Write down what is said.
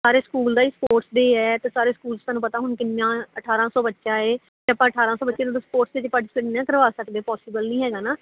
ਸਾਰੇ ਸਕੂਲ ਦਾ ਹੀ ਸਪੋਰਟਸ ਡੇ ਹੈ ਅਤੇ ਸਾਰੇ ਸਕੂਲ 'ਚ ਤੁਹਾਨੂੰ ਪਤਾ ਹੁਣ ਕਿੰਨੀਆਂ ਅਠਾਰਾਂ ਸੌ ਬੱਚਾ ਹੈ ਅਤੇ ਆਪਾਂ ਅਠਾਰਾਂ ਸੌ ਬੱਚੇ ਨੂੰ ਸਪੋਰਟਸ 'ਚ ਪਾਰਟੀਸੀਪੇਟ ਨਹੀਂ ਕਰਵਾ ਸਕਦੇ ਪੋਸੀਬਲ ਨਹੀਂ ਹੈਗਾ ਨਾ